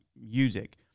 music